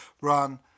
run